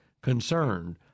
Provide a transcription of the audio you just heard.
concerned